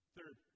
Third